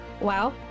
Wow